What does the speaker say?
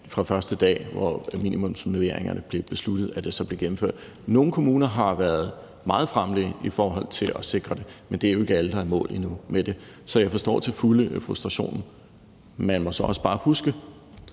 den første dag, hvor de besluttet, så blev gennemført. Nogle kommuner har været meget fremme i forhold til at sikre det, men det er jo ikke alle, der er i mål med det endnu. Så jeg forstår til fulde frustrationen. Man må så også bare huske,